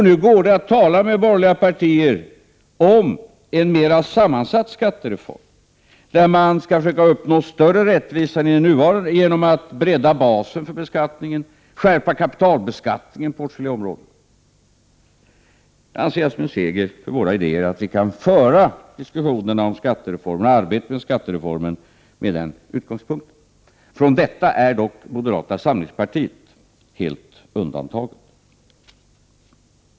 Nu går det att tala med borgerliga partier om en mera sammansatt skattereform, där man skall försöka uppnå större rättvisa än i det nuvarande systemet genom att bredda basen för beskattningen och skärpa kapitalbeskattningen på åtskilliga områden. Jag anser att det är en seger för våra idéer att diskussionerna om och arbetet med skattereformen kan föras med den utgångspunkten. Från detta är dock moderata samlingspartiet helt undantaget.